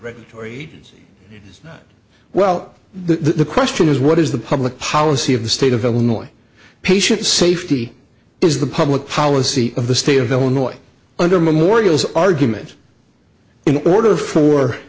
as well the question is what is the public policy of the state of illinois patient safety is the public policy of the state of illinois under memorials argument in order for